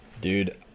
Dude